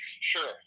Sure